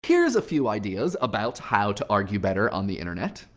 here's a few ideas about how to argue better on the internet,